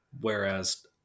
Whereas